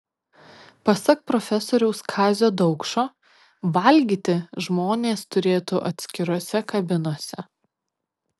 pasak profesoriaus kazio daukšo valgyti žmonės turėtų atskirose kabinose